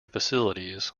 facilities